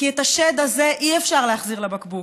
כי את השד הזה אי-אפשר להחזיר לבקבוק.